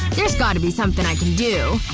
there's got to be something i can do